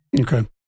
Okay